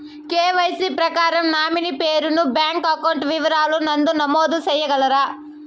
KYC ప్రకారం nominee పేరు ను బ్యాంకు అకౌంట్ వివరాల నందు నమోదు సేయగలరా?